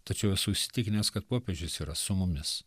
tačiau esu įsitikinęs kad popiežius yra su mumis